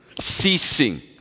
ceasing